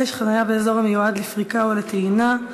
6) (חניה באזור המיועד לפריקה ולטעינה),